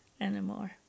anymore